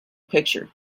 picture